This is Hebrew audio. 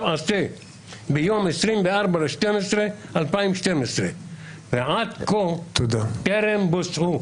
עשה ביום 24 בדצמבר 2012. ועד כה טרם בוצעו.